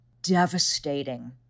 devastating